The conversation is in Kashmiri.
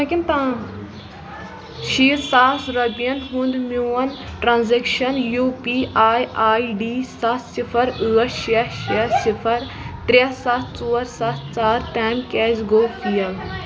شيٖتھ ساس رۄپین ہُنٛد میون transaction U P I I D سَتھ صِفَر ٲٹھ شےٚ شےٚ صِفَر ترٛےٚ سَتھ ژور سَتھ ژورتام کیٛازِ گوٚو فیل